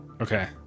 Okay